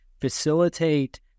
facilitate